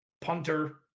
punter